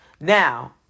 Now